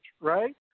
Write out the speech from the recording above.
right